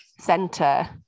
center